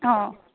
অ